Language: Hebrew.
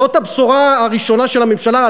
זאת הבשורה הראשונה של הממשלה,